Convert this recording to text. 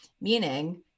meaning